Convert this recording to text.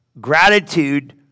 Gratitude